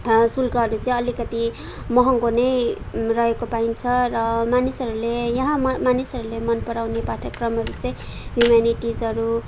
शुल्कहरू चाहिँ अलिकति महँगो नै रहेको पाइन्छ र मानिसहरूले यहाँ मानिसहरूले मन पराउने पाठ्यक्रमहरू चाहिँ ह्युम्यानिटिजहरू